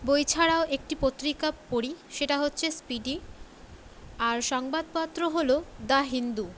বই ছাড়াও একটি পত্রিকা পড়ি সেটা হচ্ছে স্পীডি আর সংবাদপত্র হল দ্য হিন্দু